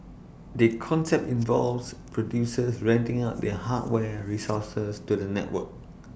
the concept involves producers renting out their hardware resources to the network